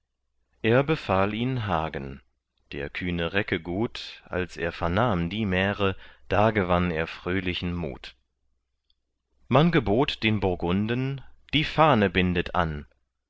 er befahl ihn hagen der kühne recke gut als er vernahm die märe da gewann er fröhlichen mut man gebot den burgunden die fahne bindet an